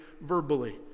verbally